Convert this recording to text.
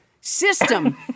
system